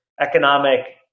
economic